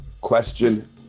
question